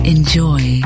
Enjoy